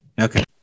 Okay